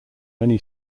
many